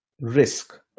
risk